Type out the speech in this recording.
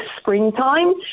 springtime